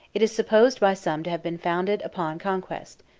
it is supposed by some to have been founded upon conquest,